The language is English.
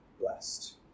blessed